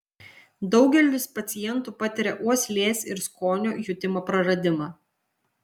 daugelis pacientų patiria uoslės ir skonio jutimo praradimą